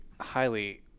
highly